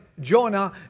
Jonah